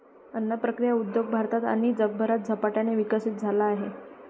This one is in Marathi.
अन्न प्रक्रिया उद्योग भारतात आणि जगभरात झपाट्याने विकसित झाला आहे